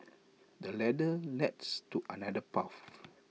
the ladder leads to another path